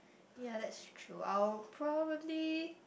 ya that's true I will probably